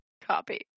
Copy